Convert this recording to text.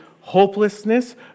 hopelessness